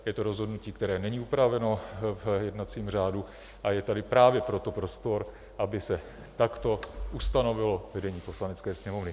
Je to rozhodnutí, které není upraveno v jednacím řádu, a je tady právě proto prostor, aby se takto ustanovilo vedení Poslanecké sněmovny.